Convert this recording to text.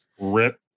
Rip